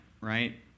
right